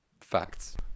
Facts